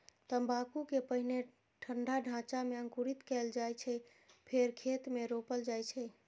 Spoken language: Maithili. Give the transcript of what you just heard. तंबाकू कें पहिने ठंढा ढांचा मे अंकुरित कैल जाइ छै, फेर खेत मे रोपल जाइ छै